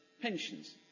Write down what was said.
pensions